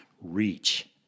reach